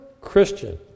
Christian